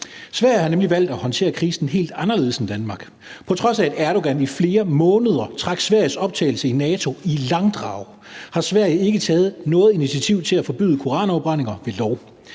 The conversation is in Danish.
Sverige har nemlig valgt at håndtere krisen helt anderledes end Danmark. På trods af at Erdogan i flere måneder trak Sveriges optagelse i NATO i langdrag, har Sverige ikke taget noget initiativ til at forbyde koranafbrændinger ved lov.